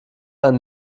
eine